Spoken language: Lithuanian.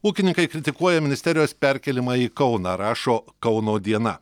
ūkininkai kritikuoja ministerijos perkėlimą į kauną rašo kauno diena